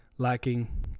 lacking